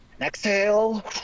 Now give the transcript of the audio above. exhale